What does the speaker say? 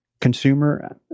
consumer